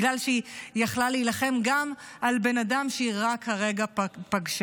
בגלל שהיא יכלה להילחם גם על בן אדם שהיא רק כרגע פגשה.